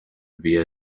via